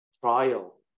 trial